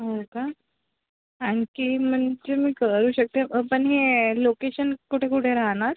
हो का आणखी म्हणजे मी करू शकते पण हे लोकेशन कुठे कुठे राहणार